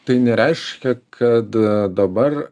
tai nereiškia kad dabar